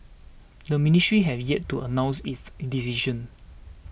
the ministry has yet to announce its in decision